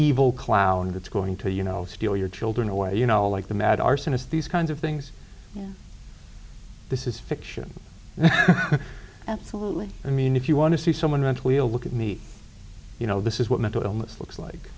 evil cloud that's going to you know steal your children away you know like the mad arsonist these kinds of things this is fiction absolutely i mean if you want to see someone meant we'll look at me you know this is what mental illness looks like